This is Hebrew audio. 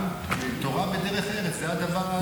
גם תורה ודרך ארץ זה הדבר,